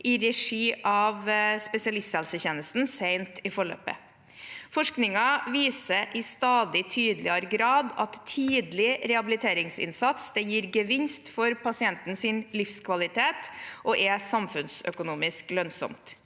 i regi av spesialisthelsetjenesten sent i forløpet. Forskningen viser i stadig tydeligere grad at tidlig rehabiliteringsinnsats gir gevinst for pasientens livskvalitet og er samfunnsøkonomisk lønnsomt.